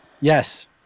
yes